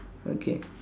okay